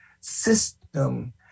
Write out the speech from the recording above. system